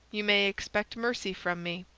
you may expect mercy from me,